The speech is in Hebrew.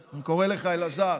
אני קורא לך אלעזר,